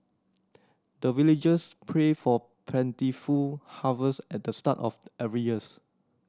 the villagers pray for plentiful harvest at the start of every years